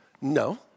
No